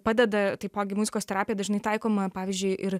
padeda taipogi muzikos terapija dažnai taikoma pavyzdžiui ir